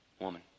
Woman